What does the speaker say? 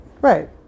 Right